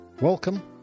Welcome